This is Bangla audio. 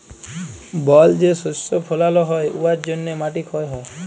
বল যে শস্য ফলাল হ্যয় উয়ার জ্যনহে মাটি ক্ষয় হ্যয়